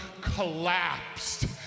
collapsed